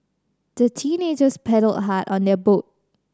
the teenagers paddled hard on their boat